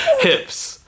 hips